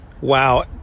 wow